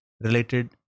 related